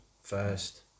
first